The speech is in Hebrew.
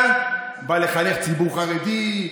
אתה בא לחנך ציבור חרדי,